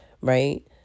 right